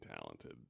talented